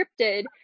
scripted